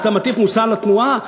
אז אתה מטיף מוסר לתנועה?